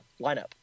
lineup